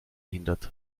hindert